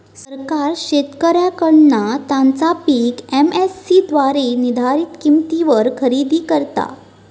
सरकार शेतकऱ्यांकडना त्यांचा पीक एम.एस.सी द्वारे निर्धारीत किंमतीवर खरेदी करता